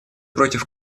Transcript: против